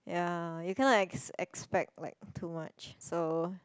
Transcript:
ya you cannot ex~ expect like too much so